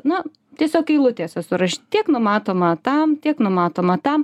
nu tiesiog eilutėse surašyt tiek numatoma tam tiek numatoma tam